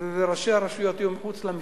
וראשי הרשויות יהיו מחוץ למשחק?